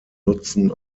nutzen